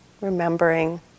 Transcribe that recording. remembering